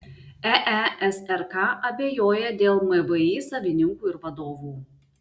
eesrk abejoja dėl mvį savininkų ir vadovų